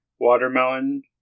watermelon